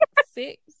six